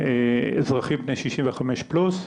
מיליון אזרחים בני 65 פלוס,